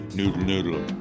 Noodle-noodle